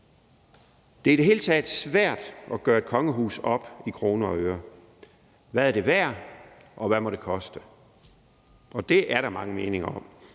Det er i det hele taget svært at gøre et kongehus op i kroner og øre: Hvad er det værd, og hvad må det koste? Det er der mange meninger om.